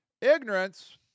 ignorance